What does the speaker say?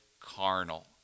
carnal